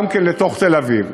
גם כן לתוך תל-אביב.